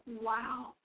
Wow